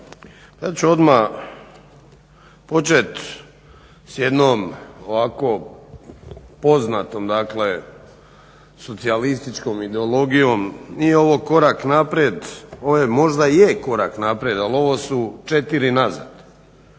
ja ću odmah počet s jednom ovako poznatom dakle socijalističkom ideologijom. Nije ovo korak naprijed, ovo je možda korak naprijed, ali ovo su četiri nazad.